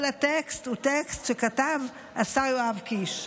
כל הטקסט הוא טקסט שכתב השר יואב קיש.